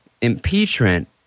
impeachment